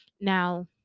now